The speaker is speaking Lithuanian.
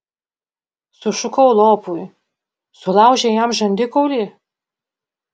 sušukau lopui sulaužei jam žandikaulį